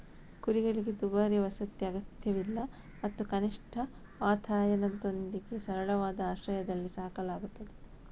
ಕುರಿಗಳಿಗೆ ದುಬಾರಿ ವಸತಿ ಅಗತ್ಯವಿಲ್ಲ ಮತ್ತು ಕನಿಷ್ಠ ವಾತಾಯನದೊಂದಿಗೆ ಸರಳವಾದ ಆಶ್ರಯದಲ್ಲಿ ಸಾಕಲಾಗುತ್ತದೆ